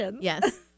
Yes